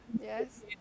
yes